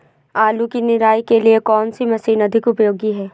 आलू की निराई के लिए कौन सी मशीन अधिक उपयोगी है?